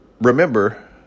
remember